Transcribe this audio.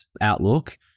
Outlook